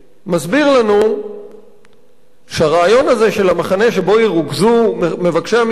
מסביר לנו שהרעיון הזה של המחנה שבו ירוכזו מבקשי המקלט